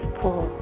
pull